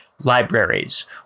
libraries